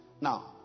Now